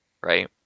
right